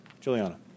Juliana